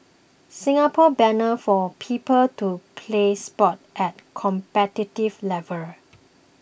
Singapore banner for people to play sports at competitive level